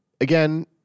again